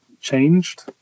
changed